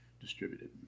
distributed